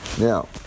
Now